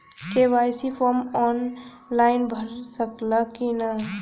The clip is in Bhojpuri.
के.वाइ.सी फार्म आन लाइन भरा सकला की ना?